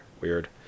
Weird